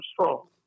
strong